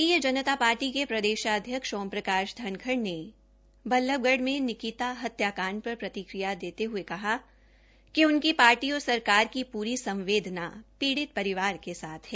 भारतीय जनता पार्टी के प्रदेशाध्यक्ष ओम प्रकाश धनखड़ ने बल्लभगढ़ में निकिता हत्याकांड पर प्रतिक्रिया देते हये कहा कि उनकी पार्टी और सरकार की पूरी संवदेना पीडि़त परिवार के साथ है